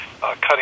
cutting